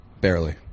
barely